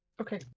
okay